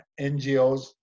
NGOs